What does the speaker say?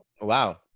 Wow